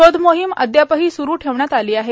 शोधमोहीम अद्यापही सुरू ठेवण्यात आली आहे